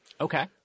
Okay